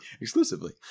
exclusively